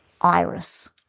Iris